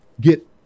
get